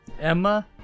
Emma